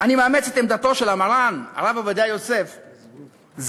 אני מאמץ את עמדתו של מרן הרב עובדיה יוסף ז"ל,